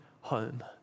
home